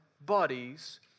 bodies